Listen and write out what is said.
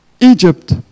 Egypt